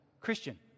Christian